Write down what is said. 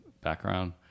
background